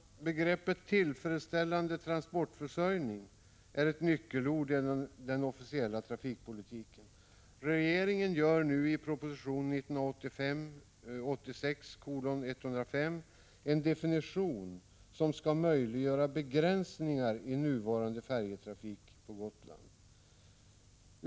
Begreppet ”tillfredsställande transportförsörjning” är ett nyckelord i den officiella trafikpolitiken. Regeringen inför nu i proposition 1985/86:105 en definition som skall möjliggöra begränsningar i nuvarande färjetrafik på Gotland.